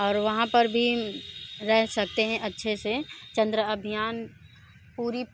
और वहाँ पर भी रह सकते हैं अच्छे से चंद्र अभियान पूरी